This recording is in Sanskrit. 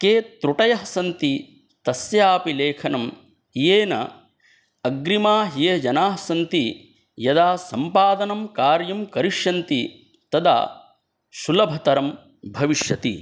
के त्रुटयः सन्ति तस्यापि लेखनं येन अग्रिमाः ये जनाः सन्ति यदा सम्पादनं कार्यं करिष्यन्ति तदा सुलभतरं भविष्यति